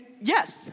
yes